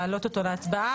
להעלות אותו להצבעה,